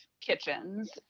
kitchens